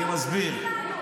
אני מסביר.